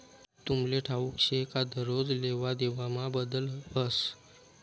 तुमले ठाऊक शे का दरोज लेवादेवामा बदल व्हस